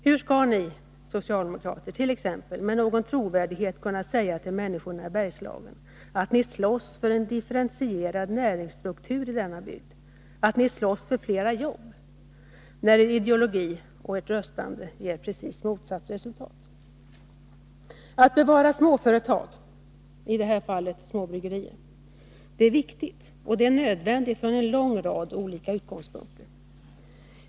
Hur skall ni socialdemokrater med någon trovärdighet t.ex. kunna säga till människorna i Bergslagen att ni slåss för en differentierad näringsstruktur i denna bygd, att ni slåss för flera jobb, när er ideologi och ert röstande ger precis motsatt resultat? Att bevara småföretag — i det här fallet småbryggerierna — är viktigt och nödvändigt från en lång rad olika utgångspunkter.